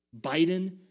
Biden